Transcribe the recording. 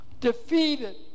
Defeated